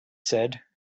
said